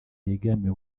yegamiye